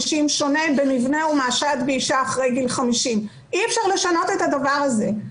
שונה במבנהו מהשד באישה אחרי גיל 50. אי אפשר לשנות את הדבר הזה.